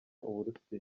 uburusiya